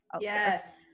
yes